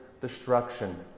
destruction